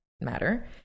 matter